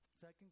Second